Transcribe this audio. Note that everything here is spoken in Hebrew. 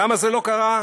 למה זה לא קרה?